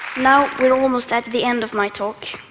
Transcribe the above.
now we're almost at the end of my talk,